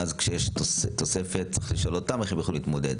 ואז כשיש תוספת צריך לשאול אותם איך הם יוכלו להתמודד,